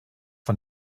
von